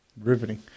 Riveting